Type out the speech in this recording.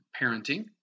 parenting